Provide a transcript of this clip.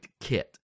Kit